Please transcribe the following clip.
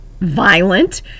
violent